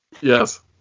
Yes